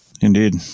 Indeed